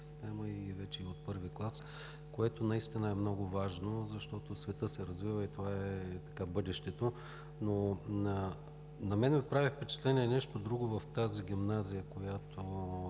система и вече и в I клас, което наистина е много важно, защото светът се развива и това е бъдещето. На мен ми прави впечатление нещо друго в тази гимназия, която